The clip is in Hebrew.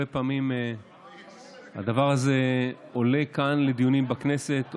הרבה פעמים הדבר הזה עולה כאן לדיונים בכנסת,